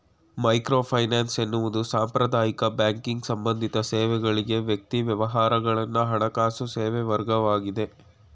microfinance ಎನ್ನುವುದು ಸಾಂಪ್ರದಾಯಿಕ banking ಸಂಬಂಧಿತ ಸೇವೆಗಳ್ಗೆ ವ್ಯಕ್ತಿ ವ್ಯವಹಾರಗಳನ್ನ ಹಣಕಾಸು ಸೇವೆವರ್ಗವಾಗಿದೆ